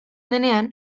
denean